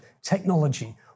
technology